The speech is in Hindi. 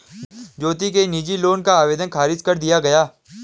ज्योति के निजी लोन का आवेदन ख़ारिज कर दिया गया